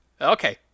Okay